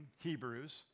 Hebrews